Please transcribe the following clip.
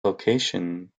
location